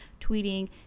tweeting